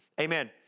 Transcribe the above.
Amen